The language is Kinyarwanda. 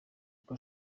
uko